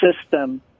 system